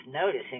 noticing